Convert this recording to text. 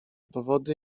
powody